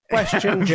question